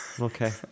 okay